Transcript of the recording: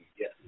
Yes